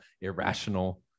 irrational